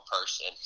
person